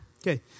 okay